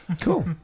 Cool